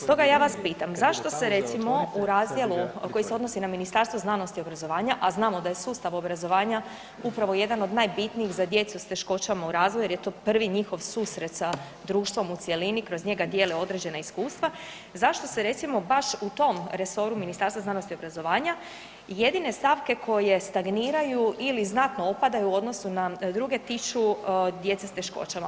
Stoga ja vas pitam, zašto se recimo u razdjelu koji se odnosni na Ministarstvo znanosti i obrazovanja, a znamo da je sustav obrazovanja upravo jedan od najbitnijih za djecu s teškoćama u razvoju jer je to prvi njihov susret sa društvom u cjelini i kroz njega dijele određena iskustva, zašto se recimo baš u tom resoru Ministarstva znanosti i obrazovanja jedine stavke koje stagniraju ili znatno opadaju u odnosu na druge tiču djece s teškoćama?